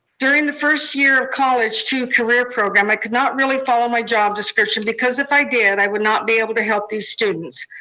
during the first year of college to career program, i could not really follow my job description, because if i did, i would not be able to help these students.